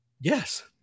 Yes